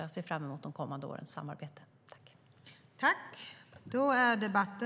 Jag ser fram emot de kommande årens samarbete.